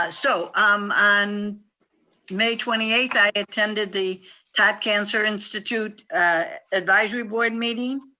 ah so um on may twenty eighth, i attended the todd cancer institute advisory board meeting.